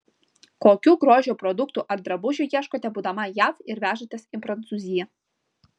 kokių grožio produktų ar drabužių ieškote būdama jav ir vežatės į prancūziją